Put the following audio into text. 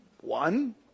One